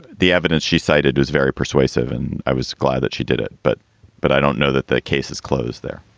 the evidence she cited is very persuasive. and i was glad that she did it. but but i don't know that the case is closed there